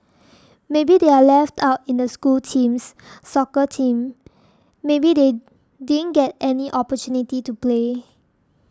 maybe they are left out in the school teams soccer team maybe they didn't get any opportunity to play